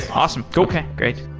awesome! okay. great.